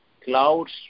Clouds